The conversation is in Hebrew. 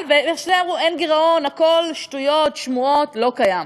ואמרו שאין גירעון, הכול שטויות, שמועות, לא קיים.